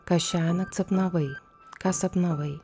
ką šiąnakt sapnavai ką sapnavai